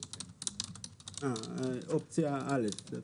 אופציה א'.